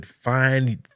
find